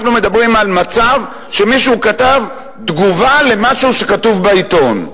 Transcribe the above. אנחנו מדברים על מצב שמישהו כתב תגובה למשהו שכתוב בעיתון.